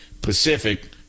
Pacific